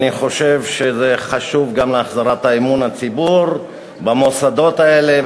אני חושב שזה חשוב גם להחזרת אמון הציבור במוסדות האלה.